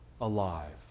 alive